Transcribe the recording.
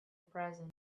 present